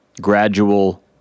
gradual